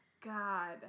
god